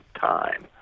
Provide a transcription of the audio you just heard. time